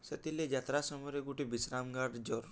ସେଥିର୍ ଲାଗି ଯାତ୍ରା ସମୟରେ ଗୁଟେ ବିଶ୍ରାମ୍ଗାର୍ ଜରୁରୀ